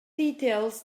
details